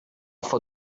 for